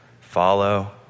follow